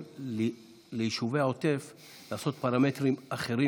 ליישובי העוטף לעשות פרמטרים אחרים,